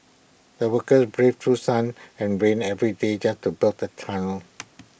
the workers braved through sun and rain every day just to build the tunnel